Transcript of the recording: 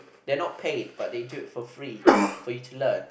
they're not paid but they do it for free for you to learn